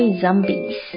zombies